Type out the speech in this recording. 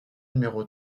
numéro